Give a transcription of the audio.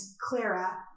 Clara